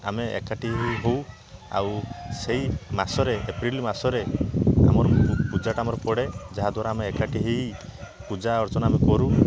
ଆମେ ଏକାଠି ହେଉ ଆଉ ସେଇ ମାସରେ ଏପ୍ରିଲ ମାସରେ ଆମର ପୂଜାଟା ଆମର ପଡ଼େ ଯାହାଦ୍ୱାରା ଆମେ ଏକାଠି ହେଇ ପୂଜା ଅର୍ଚ୍ଚନା ଆମେ କରୁ